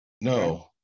No